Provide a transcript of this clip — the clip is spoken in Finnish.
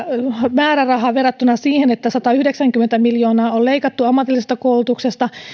määräraha verrattuna siihen että satayhdeksänkymmentä miljoonaa on leikattu ammatillisesta koulutuksesta